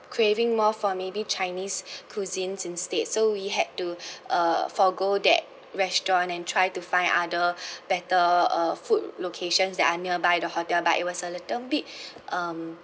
craving more for maybe chinese cuisines instead so we had to uh forgo that restaurant and try to find other better uh food locations that are nearby the hotel but it was a little bit um